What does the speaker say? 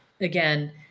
Again